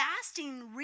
fasting